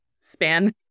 span